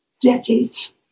decades